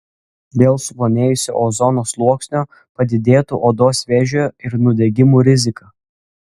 dėl suplonėjusio ozono sluoksnio padidėtų odos vėžio ir nudegimų rizika